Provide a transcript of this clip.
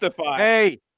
Hey